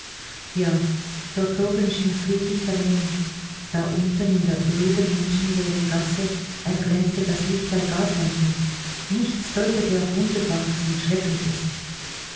ja dort oben schien friedlich der mond da unten in der öden menschenleeren gasse erglänzte das licht der gaslampen nichts deutete auf wunderbares und schreckliches